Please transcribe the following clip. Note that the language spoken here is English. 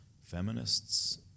feminists